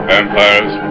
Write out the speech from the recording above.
Vampires